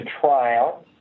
trial